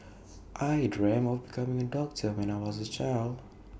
I dreamt of becoming A doctor when I was A child